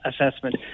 assessment